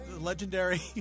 legendary